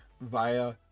via